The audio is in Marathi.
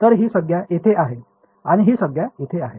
तर ही संज्ञा इथे आहे आणि ही संज्ञा इथे आहे